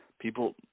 people –